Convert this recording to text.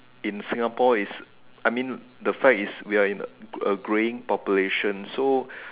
in Singapore is I mean the fact is we are in a growing population so